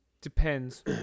Depends